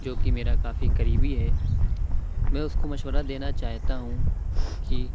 جو کہ میرا کافی قریبی ہے میں اُس کو مشورہ دینا چاہتا ہوں کہ